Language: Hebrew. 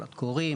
קולות קוראים,